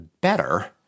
better